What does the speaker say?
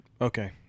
Okay